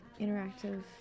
interactive